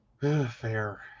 fair